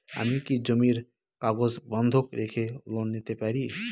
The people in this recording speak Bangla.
আমি কি জমির কাগজ বন্ধক রেখে লোন পেতে পারি?